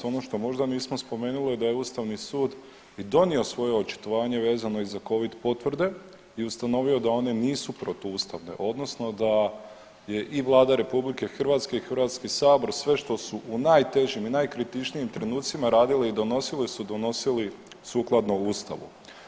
Ono što možda nismo spomenuli da je Ustavni sud i donio svoje očitovanje vezano i za covid potvrde i ustanovio da one nisu protuustavne odnosno da je i Vlada Republike Hrvatske i Hrvatski sabor sve što su u najtežim i najkritičnijim trenucima radili i donosili su donosili sukladno Ustavu.